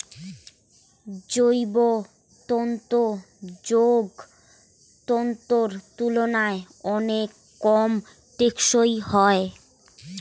জৈব তন্তু যৌগ তন্তুর তুলনায় অনেক কম টেঁকসই হয়